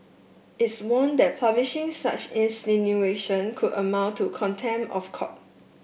its warned that publishing such insinuation could amount to contempt of court